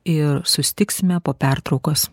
ir susitiksime po pertraukos